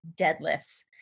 deadlifts